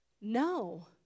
no